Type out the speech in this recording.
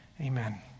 amen